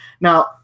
Now